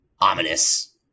ominous